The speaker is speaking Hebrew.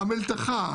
המלתחה